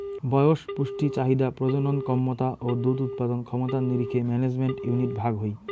বয়স, পুষ্টি চাহিদা, প্রজনন ক্যমতা ও দুধ উৎপাদন ক্ষমতার নিরীখে ম্যানেজমেন্ট ইউনিট ভাগ হই